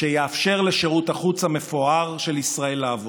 שיאפשר לשירות החוץ המפואר של ישראל לעבוד.